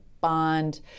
bond